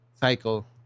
cycle